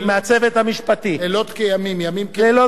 ימים כלילות זה מסוכן מאוד.